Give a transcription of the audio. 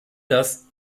das